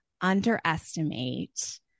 underestimate